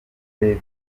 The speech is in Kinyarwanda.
david